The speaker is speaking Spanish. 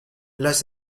las